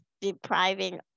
depriving